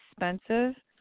expensive